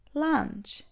lunch